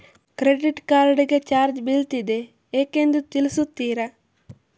Credit card ಗೆ charge ಬೀಳ್ತಿದೆ ಯಾಕೆಂದು ತಿಳಿಸುತ್ತೀರಾ?